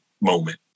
moment